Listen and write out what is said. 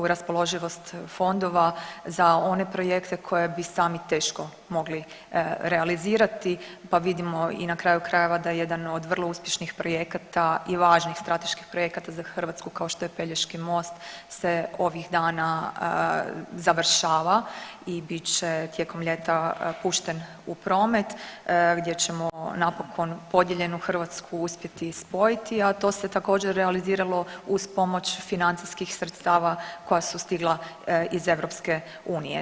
Raspoloživost fondova za one projekte koji bi sami teško mogli realizirati, pa vidimo i na kraju krajeva da jedan od vrlo uspješnih projekata i važnih strateških projekata za Hrvatsku kao što je Pelješki most se ovih dana završava i bit će tijekom ljeta pušten u promet gdje ćemo napokon podijeljenu Hrvatsku uspjeti spojiti, a to se također realiziralo uz pomoć financijskih sredstva koja su stigla iz EU.